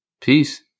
Peace